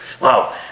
wow